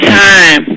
time